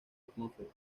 atmósfera